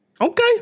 Okay